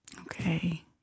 Okay